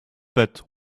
put